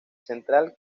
central